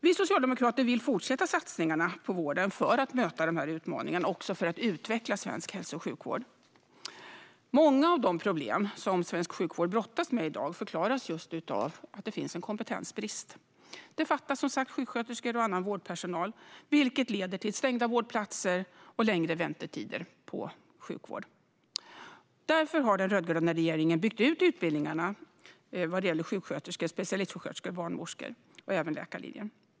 Vi socialdemokrater vill fortsätta satsningarna på vården för att möta utmaningarna och för att utveckla svensk hälso och sjukvård. Många av de problem som svensk sjukvård brottas med i dag förklaras av kompetensbrist. Det fattas sjuksköterskor och annan vårdpersonal, vilket leder till stängda vårdplatser och längre väntetider för att få vård. Därför har den rödgröna regeringen byggt ut utbildningarna till sjuksköterska, specialistsjuksköterska, barnmorska och även läkare.